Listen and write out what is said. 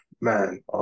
Man